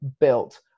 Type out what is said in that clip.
built